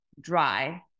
dry